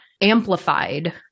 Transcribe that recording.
amplified